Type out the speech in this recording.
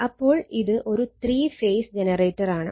അപ്പോൾ ഇത് ഒരു ത്രീ ഫേസ് ജനറേറ്ററാണ്